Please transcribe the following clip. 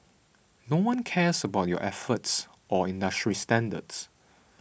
no one cares about your efforts or industry standards